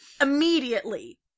immediately